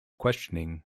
questioning